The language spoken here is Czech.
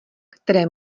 které